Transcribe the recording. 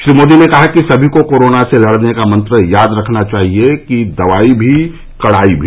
श्री मोदी ने कहा कि सभी को कोरोना से लड़ने का मंत्र याद रखना चाहिए कि दवाई भी कड़ाई भी